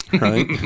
right